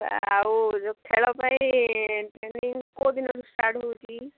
ଆଉ ଯେଉଁ ଖେଳ ପାଇଁ ଟ୍ରେନିଂ କେଉଁ ଦିନଠୁ ଷ୍ଟାର୍ଟ ହେଉଛି କି